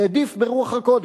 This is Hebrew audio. העדיף ברוח הקודש,